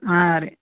ಹಾಂ ರೀ